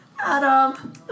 Adam